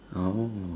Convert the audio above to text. oh